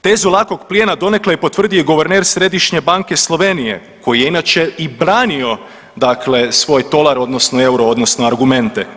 Tezu lakog plijena donekle je potvrdio i guverner Središnje banke Slovenija koji je inače i branio, dakle svoj tolar, odnosno euro, odnosno argumente.